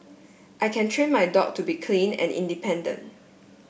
I can train my dog to be clean and independent